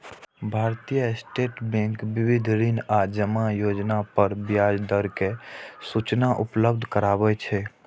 भारतीय state bank विविध ऋण आ जमा योजना पर ब्याज दर के सूचना उपलब्ध कराबै छै